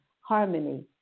harmony